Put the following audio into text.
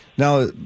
Now